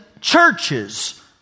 churches